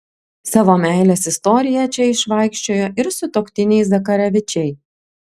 savo meilės istoriją čia išvaikščiojo ir sutuoktiniai zakarevičiai